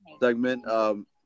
segment